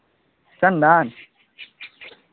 चन्दन